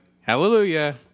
hallelujah